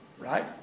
Right